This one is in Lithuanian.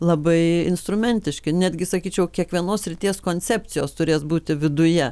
labai instrumentiški netgi sakyčiau kiekvienos srities koncepcijos turės būti viduje